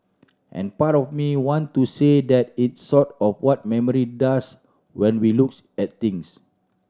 and part of me want to say that it's sort of what memory does when we looks at things